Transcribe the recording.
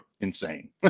Insane